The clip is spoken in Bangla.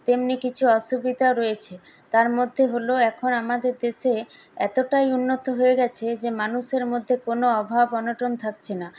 তেমনি কিছু অসুবিধা রয়েছে তার মধ্যে হল এখন আমাদের দেশে এতোটাই উন্নত হয়ে গেছে যে মানুষের মধ্যে কোনো অভাব অনটন থাকছে না